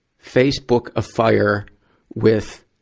facebook afire with